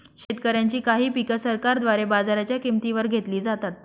शेतकऱ्यांची काही पिक सरकारद्वारे बाजाराच्या किंमती वर घेतली जातात